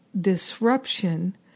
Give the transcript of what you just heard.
disruption